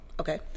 Okay